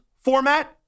format